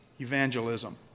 evangelism